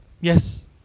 Yes